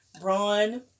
Braun